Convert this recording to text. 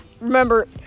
remember